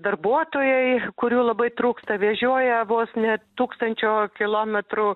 darbuotojai kurių labai trūksta vežioja vos ne tūkstančio kilometrų